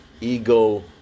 ego